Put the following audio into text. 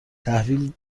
تحویل